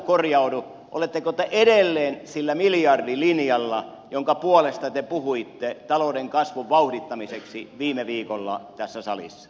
oletteko te edelleen sillä miljardilinjalla jonka puolesta te puhuitte talouden kasvun vauhdittamiseksi viime viikolla tässä salissa